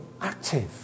active